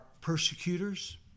persecutors